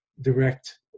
direct